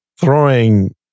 throwing